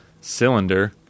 cylinder